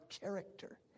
character